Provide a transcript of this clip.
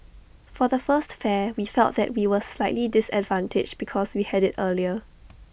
for the first fair we felt that we were slightly disadvantaged because we had IT earlier